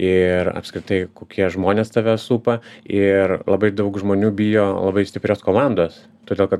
ir apskritai kokie žmonės tave supa ir labai daug žmonių bijo labai stiprios komandos todėl kad